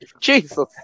Jesus